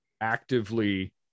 actively